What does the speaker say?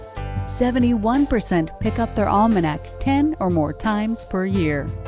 seventy one percent pick up their almanac ten or more times per year.